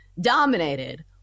dominated